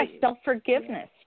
self-forgiveness